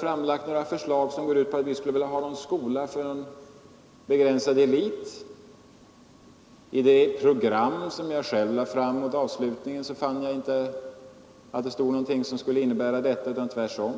lagt fram några förslag som visar att vi skulle vilja ha någon skola för en begränsad elit. I det program jag själv lade fram mot slutet av mitt inlägg fanns ingenting som skulle innebära något sådant. Tvärtom!